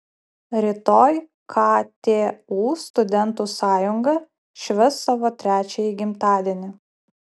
rytoj ktu studentų sąjunga švęs savo trečiąjį gimtadienį